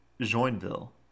Joinville